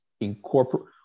incorporate